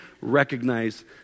recognize